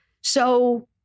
So-